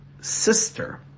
sister